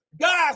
Guys